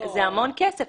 זה המון כסף.